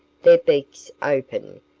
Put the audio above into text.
their beaks open,